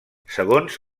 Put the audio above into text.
segons